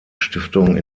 stiftung